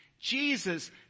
Jesus